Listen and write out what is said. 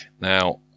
Now